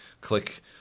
click